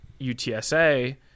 UTSA